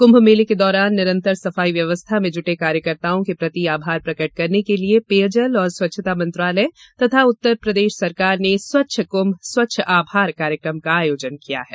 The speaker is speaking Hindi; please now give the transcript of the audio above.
क्म्भ मेले के दौरान निरंतर सफाई व्यवस्था में जुटे कार्यकर्ताओं के प्रति आभार प्रकट करने के लिए पेयजल और स्वच्छता मंत्रालय तथा उत्तर प्रदेश सरकार ने स्वच्छ कुम्भ स्वच्छ आभार कार्यक्रम का आयोजन किया है